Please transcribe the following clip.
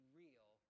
real